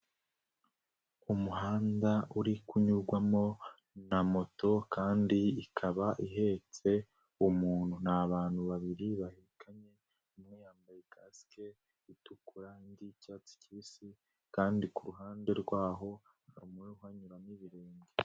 Umuhanda uri kunyurwamo na moto kandi ikaba ihetse umuntu n abantu babiri bahikanyemye imwe yambaye cask itukura ndicyatsi kibisi kandi kuruhande rwaho hanyumamuho uhanyuramo ibirenge.